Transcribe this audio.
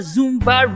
Zumba